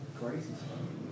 crazy